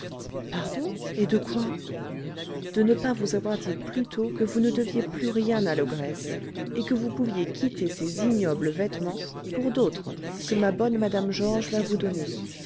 pardon pardon et de quoi de ne pas vous avoir dit plus tôt que vous ne deviez plus rien à l'ogresse et que vous pouviez quitter ces ignobles vêtements pour d'autres que ma bonne mme georges va vous donner